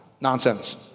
Nonsense